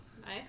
Nice